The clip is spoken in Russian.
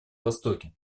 востоке